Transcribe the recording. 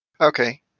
Okay